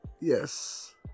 Yes